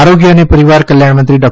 આરોગ્ય અને પરિવાર કલ્યાણ મંત્રી ડૉ